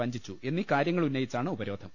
വഞ്ചിച്ചു എന്നീ കാര്യങ്ങൾ ഉന്ന യിച്ചാണ് ഉപരോധം